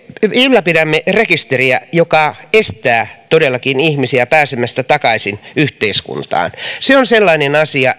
ylläpidämme rekisteriä joka estää todellakin ihmisiä pääsemästä takaisin yhteiskuntaan se on sellainen asia